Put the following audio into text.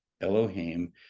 Elohim